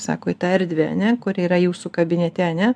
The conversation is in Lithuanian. sako į tą erdvę ane kuri yra jūsų kabinete ane